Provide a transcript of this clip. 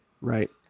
Right